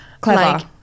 clever